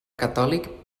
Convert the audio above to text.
catòlic